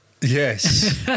Yes